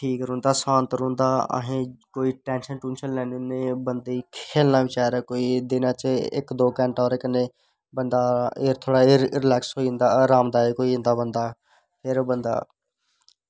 ठीक रौंह्दा शांत रौंह्दा असें कोई टेन्शन लैनी निं बंदे दी खेढना बी ऐ बचारें दिनें दे कोई इक दो घैंटा ते बंदा रिलैक्स होई जंदा बंदा आरामदायक होई जंदा यरो बंदा